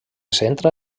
centra